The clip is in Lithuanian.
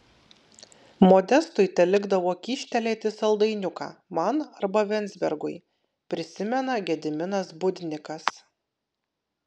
modestui telikdavo kyštelėti saldainiuką man arba venzbergui prisimena gediminas budnikas